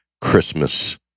Christmas